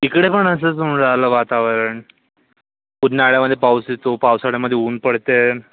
इकडे पण असंच होऊन राहिलं वातावरण उन्हाळ्यामध्ये पाऊस येतो पावसाळ्यामध्ये ऊन पडते